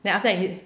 then after that he